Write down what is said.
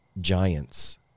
giants